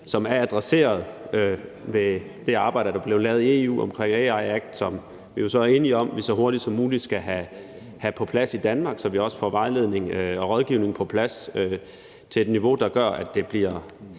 som er adresseret med det arbejde, der blev lavet i EU omkring AI Act, og som vi så er enige om at vi så hurtigt som muligt skal have på plads i Danmark, så vi også får vejledning og rådgivning på plads på et niveau, så det bliver